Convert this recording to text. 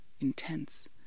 intense